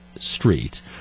street